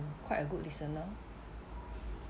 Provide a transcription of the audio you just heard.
quite a good listener